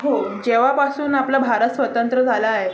हो जेव्हापासून आपला भारत स्वतंत्र झाला आहे